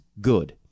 good